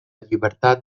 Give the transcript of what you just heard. llibertat